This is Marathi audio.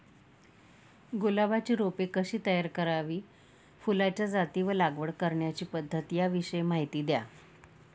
गुलाबाची रोपे कशी तयार करावी? फुलाच्या जाती व लागवड करण्याची पद्धत याविषयी माहिती द्या